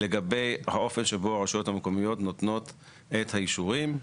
לגבי האופן שבו הרשויות המקומיות נותנות את האישורים,